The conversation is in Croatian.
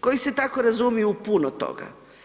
koji se tako razumiju u puno toga.